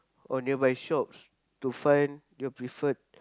or nearby shops to find your preferred